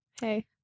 Hey